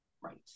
Right